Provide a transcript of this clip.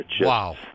wow